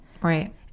Right